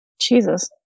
Jesus